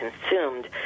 consumed